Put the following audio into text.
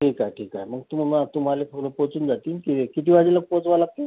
ठीक आहे ठीक आहे मग तुमी मग तुम्हाला फुलं पोचून जातील की किती वाजायला पोचवा लागते